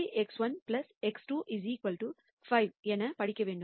5 மற்றும் 3x1 x2 5 என படிக்க வேண்டும்